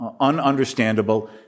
ununderstandable